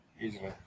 Easily